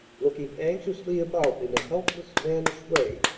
looking anxiously about in a helpless, mannish way.